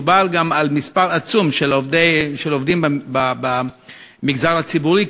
מדובר גם במספר עצום של עובדים במגזר הציבורי,